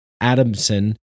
Adamson